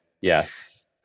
Yes